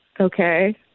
Okay